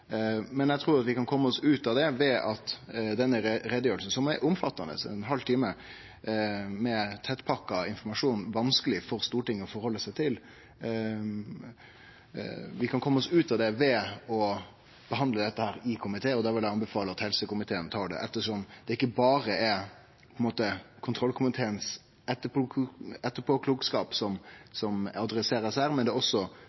men eg trur at vi kan kome oss ut av det ved at denne utgreiinga, som er omfattande – ein halv time med tettpakka informasjon, vanskeleg for Stortinget å ta stilling til – blir behandla i komité. Da vil eg anbefale at helsekomiteen tar det, ettersom det ikkje berre er kontrollkomiteen sin etterpåklokskap som blir adressert her, men også dagens situasjon, som heilt konkret er helsekomiteen sitt domene. Det var det problematiske. Det